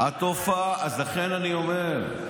לכן אני אומר,